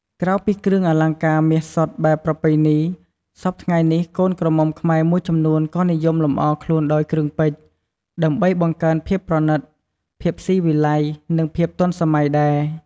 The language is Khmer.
ក្រៅពីគ្រឿងអលង្ការមាសសុទ្ធបែបប្រពៃណី សព្វថ្ងៃនេះ កូនក្រមុំខ្មែរមួយចំនួនក៏និយមលម្អខ្លួនដោយ គ្រឿងពេជ្រ ដើម្បីបង្កើនភាពប្រណីត ភាពស៊ីវិល័យ និងភាពទាន់សម័យដែរ។